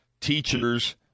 Teachers